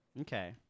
Okay